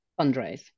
fundraise